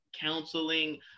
counseling